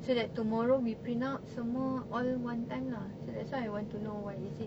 so that tomorrow we print out semua all one time lah so that's why I want to know what is it